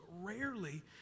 rarely